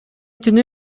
түнү